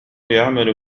يعمل